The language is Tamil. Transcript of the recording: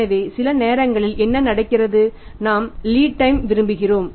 எனவே சில நேரங்களில் என்ன நடக்கிறது நாம் சில லீட் டைம் விரும்புகிறோம்